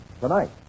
tonight